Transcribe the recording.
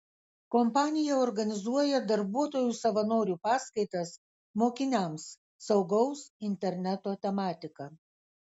kompanija organizuoja darbuotojų savanorių paskaitas mokiniams saugaus interneto tematika